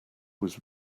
was